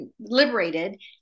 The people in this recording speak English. liberated